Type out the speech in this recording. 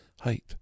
height